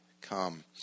come